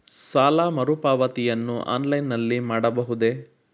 ಸಾಲ ಮರುಪಾವತಿಯನ್ನು ಆನ್ಲೈನ್ ನಲ್ಲಿ ಮಾಡಬಹುದೇ?